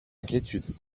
inquiétude